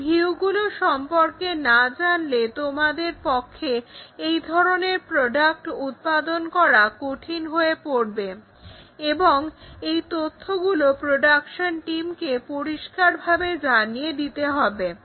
এই ভিউগুলো সম্পর্কে না জানলে তোমাদের পক্ষে এই ধরনের প্রোডাক্ট উৎপাদন করা কঠিন হয়ে পড়বে এবং এই তথ্যগুলো প্রোডাকশন টিমকে পরিষ্কারভাবে জানিয়ে দিতে হবে